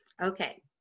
Okay